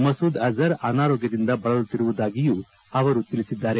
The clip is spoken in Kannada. ಮಸೂದ್ ಅಜ್ ರ್ ಅನಾರೋಗ್ಧದಿಂದ ಬಳಲುತ್ತಿರುವುದಾಗಿಯೂ ಅವರು ತಿಳಿಸಿದ್ದಾರೆ